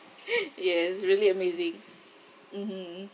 yes it's really amazing mmhmm